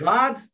God